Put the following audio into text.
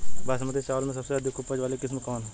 बासमती चावल में सबसे अधिक उपज वाली किस्म कौन है?